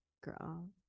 girl